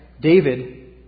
David